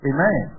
Amen